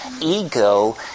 Ego